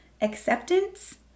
Acceptance